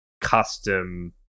custom